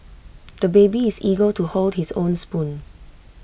the baby is eager to hold his own spoon